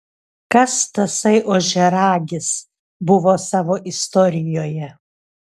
kas tasai ožiaragis buvo savo istorijoje